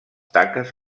taques